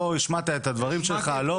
לא השמעת את הדברים שלך?